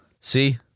see